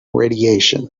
radiation